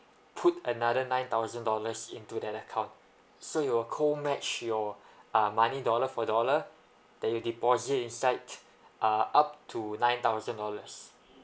put another nine thousand dollars into that account so it will co match your uh money dollar for dollar that you deposit inside uh up to nine thousand dollars